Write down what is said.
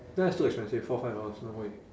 that's too expensive four five dollars no way